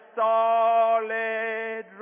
solid